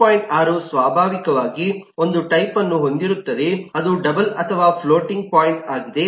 6 ಸ್ವಾಭಾವಿಕವಾಗಿ ಒಂದು ಟೈಪ್ ಅನ್ನು ಹೊಂದಿರುತ್ತದೆ ಅದು ಡಬಲ್ ಅಥವಾ ಫ್ಲೋಟಿಂಗ್ ಪಾಯಿಂಟ್ ಆಗಿದೆ